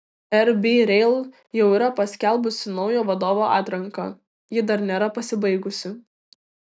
rb rail jau yra paskelbusi naujo vadovo atranką ji dar nėra pasibaigusi